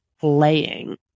playing